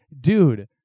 dude